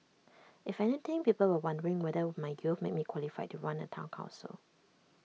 if anything people were wondering whether my youth made me qualified to run A Town Council